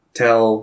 tell